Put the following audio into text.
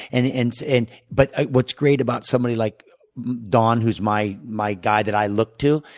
and and and but what's great about somebody like don, who's my my guy that i look to,